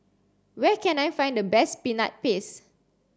where can I find the best peanut paste